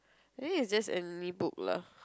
I think is just any book lah